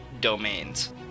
domains